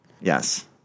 Yes